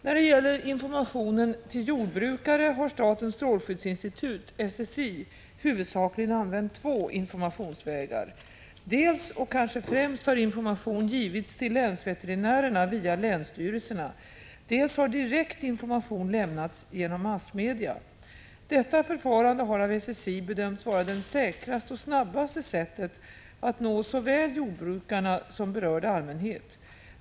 När det gäller information till jordbrukare har statens strålskyddsinstitut, SSI, huvudsakligen använt två informationsvägar. Dels och kanske främst har information givits till länsveterinärerna via länsstyrelserna, dels har direkt information lämnats genom massmedia. Detta förfarande har av SSI bedömts vara det säkraste och snabbaste sättet att nå såväl jordbrukarna som berörd allmänhet.